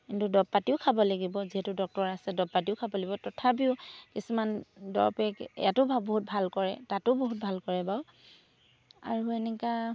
কিন্তু দৰব পাতিও খাব লাগিব যিহেতু ডক্তৰ আছে দৰব পাতিও খাব লাগিব তথাপিও কিছুমান দৰবে ইয়াতো বহুত ভাল কৰে তাতো বহুত ভাল কৰে বাৰু আৰু এনেকুৱা